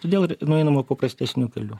todėl ir nueinama paprastesniu keliu